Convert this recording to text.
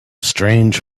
strange